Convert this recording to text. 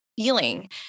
feeling